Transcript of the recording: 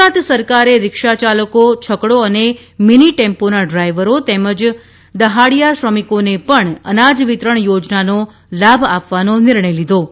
ગુજરાત સરકારે રિક્ષા ચાલકો છકડો અને મિનિ ટેમ્પોના ડ્રાઈવરો તેમજ દહાડીયા શ્રમિકોને પણ અનાજ વિતરણ યોજનાનો લાભ આપવાનો નિર્ણય લીધો છે